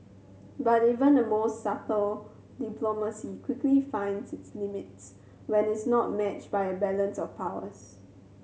but even the most subtle diplomacy quickly finds its limits when is not matched by a balance of powers